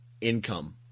income